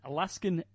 Alaskan